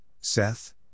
Seth